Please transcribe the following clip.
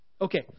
Okay